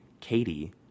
Katie